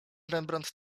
rembrandt